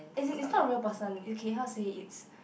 as in it's not real person okay how to say it's